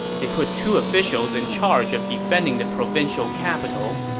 they put two officials in charge of defending the provincial capital,